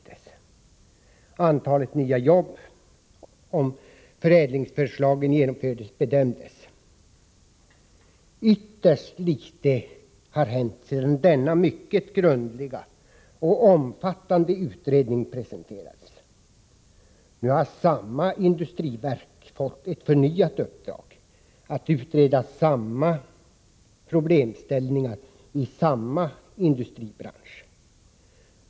Man bedömde antalet nya jobb, om förädlingsförslagen genomfördes. Ytterst litet har hänt sedan denna mycket grundliga och omfattande utredning presenterades. Nu har samma industriverk fått ett förnyat uppdrag att utreda samma problemställningar i samma industribransch.